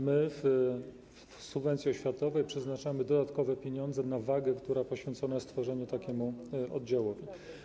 My w subwencji oświatowej przeznaczamy dodatkowe pieniądze na wagę, która poświęcona jest tworzeniu takiego oddziału.